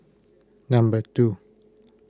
number two